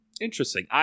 interesting